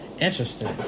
interesting